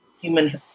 human